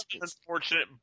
unfortunate